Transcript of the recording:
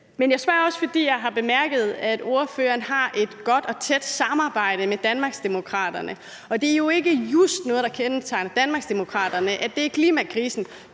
Jeg spørger også, fordi jeg har bemærket, at ordføreren har et godt og tæt samarbejde med Danmarksdemokraterne, og det er jo ikke just noget, der kendetegner Danmarksdemokraterne, nemlig at det er klimakrisen,